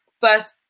first